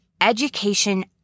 education